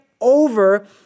over